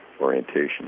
orientation